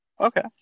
Okay